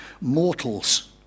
mortals